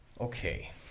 Okay